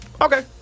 okay